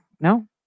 No